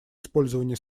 использования